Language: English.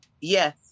Yes